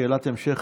שאלת המשך.